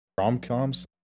Rom-coms